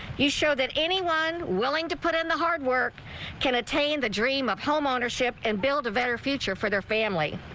he showed that anyone willing to put in the hard work can attain that dream of home ownership and build a better future for their family.